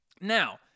Now